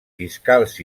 fiscals